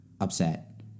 upset